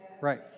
right